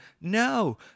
No